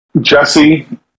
Jesse